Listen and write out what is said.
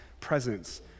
presence